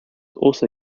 also